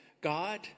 God